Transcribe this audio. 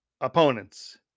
opponents